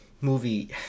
movie